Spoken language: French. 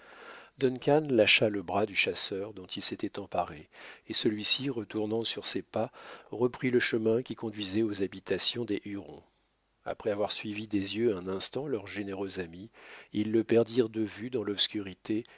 lâcha le bras du chasseur dont il s'était emparé et celui-ci retournant sur ses pas reprit le chemin qui conduisait aux habitations des hurons après avoir suivi des yeux un instant leur généreux ami ils le perdirent de vue dans l'obscurité